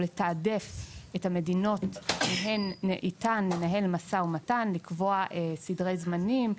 לתעדף את המדינות שאיתן ננהל משא ומתן ולקבוע סדרי זמנים,